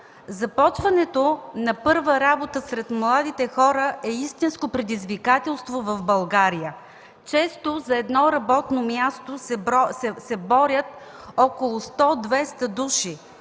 Започването на първа работа сред младите хора е истинско предизвикателство в България. Често за едно работно място се борят около 100-200 души,